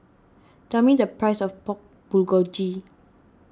tell me the price of Pork Bulgogi